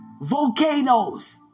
Volcanoes